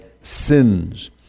sins